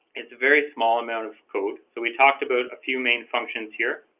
it's a very small amount of code so we talked about a few main functions here